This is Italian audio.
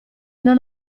non